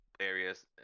areas